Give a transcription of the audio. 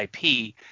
IP